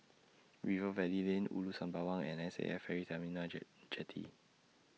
Rivervale Lane Ulu Sembawang and S A F Ferry Terminal and Jetty